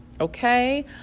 Okay